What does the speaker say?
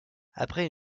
après